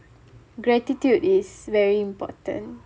gratitude is very important